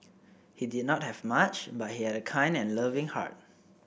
he did not have much but he had a kind and loving heart